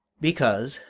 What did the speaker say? because,